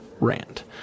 rant